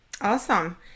Awesome